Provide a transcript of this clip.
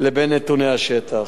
לבין נתוני השטח.